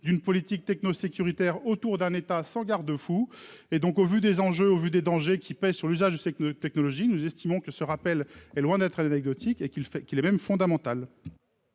d'une politique techno sécuritaire autour d'un État sans garde-fou et donc, au vu des enjeux au vu des dangers qui pèsent sur l'usage, c'est que notre technologie, nous estimons que ce rappel est loin d'être anecdotique et qui le fait qu'il est même fondamental.